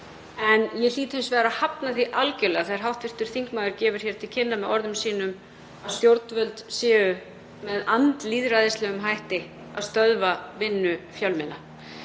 En ég hlýt hins vegar að hafna því algjörlega þegar hv. þingmaður gefur hér til kynna með orðum sínum að stjórnvöld séu með andlýðræðislegum hætti að stöðva vinnu fjölmiðla.